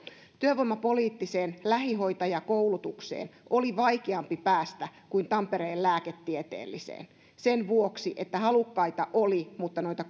työvoimapoliittiseen lähihoitajakoulutukseen oli vaikeampi päästä kuin tampereen lääketieteelliseen sen vuoksi että halukkaita oli mutta noita